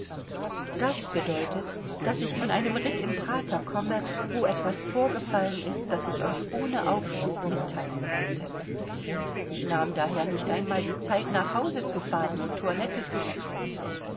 das bedeutet daß ich von einem ritt im prater komme wo etwas vorgefallen ist das ich euch ohne aufschub mitteilen wollte ich nahm daher nicht einmal die zeit nach hause zu fahren und toilette zu wechseln